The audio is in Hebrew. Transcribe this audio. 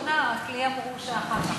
לי אמרו שאחר כך.